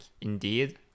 indeed